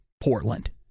Portland